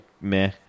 meh